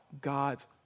God's